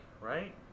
right